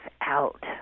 out